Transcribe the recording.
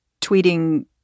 Tweeting